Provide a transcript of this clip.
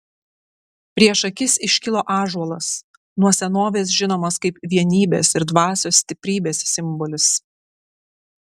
prieš akis iškilo ąžuolas nuo senovės žinomas kaip vienybės ir dvasios stiprybės simbolis